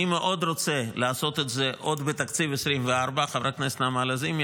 אני מאוד רוצה לעשות את זה עוד בתקציב 2024. חברת הכנסת נעמה לזימי,